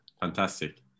fantastic